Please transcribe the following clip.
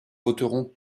voterons